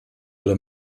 oder